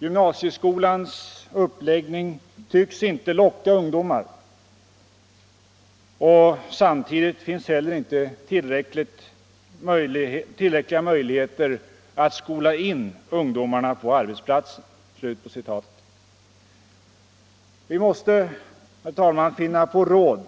Gymnasieskolans uppläggning tycks inte locka ungdomarna tillräckligt, och samtidigt finns heller inte tillräckliga möjligheter att skola in ungdomarna på arbetsplatserna.” Vi måste finna på råd